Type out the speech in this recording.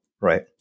Right